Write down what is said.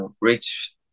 reach